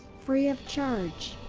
free of charge.